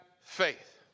faith